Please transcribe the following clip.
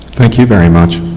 thank you very much.